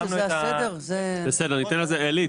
"המנהל הכללי"